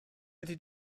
ydy